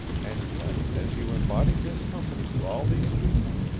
and yet, as you embodied this company to all these people,